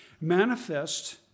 manifest